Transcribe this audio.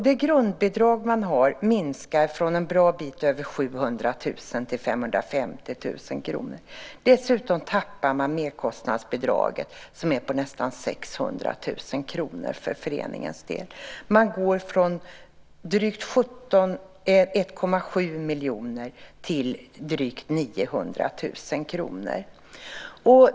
Det grundbidrag man har minskar från en bra bit över 700 000 till 550 000 kr. Dessutom tappar man merkostnadsbidraget som är på nästan 600 000 kr för föreningens del. Man går från drygt 1,7 miljoner till drygt 900 000 kr.